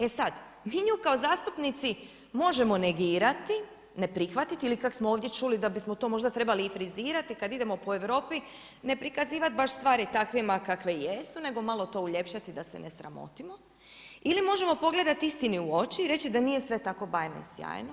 E sad, vi nju kao zastupnici, možemo negirati, ne prihvatiti ili kak smo ovdje čuli da bismo to možda trebali i frizirati, kad idemo po Europi, ne prikazivati baš stvarima takvima kakve jesu, nego malo to uljepšati da se ne sramotimo ili možemo pogledati istinu u oči reći da nije sve tako bajno i sjajno.